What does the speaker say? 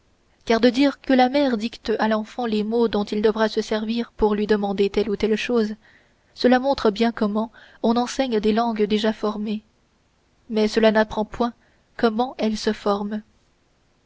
car de dire que la mère dicte à l'enfant les mots dont il devra se servir pour lui demander telle ou telle chose cela montre bien comment on enseigne des langues déjà formées mais cela n'apprend point comment elles se forment